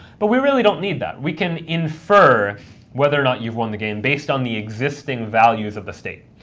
but we really don't need that. we can infer whether or not you've won the game based on the existing values of the state.